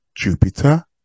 Jupiter